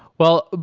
well, ah